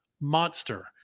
monster